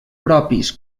propis